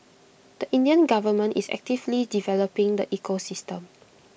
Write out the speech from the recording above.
the Indian government is actively developing the ecosystem